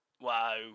Wow